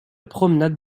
promenade